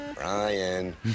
Ryan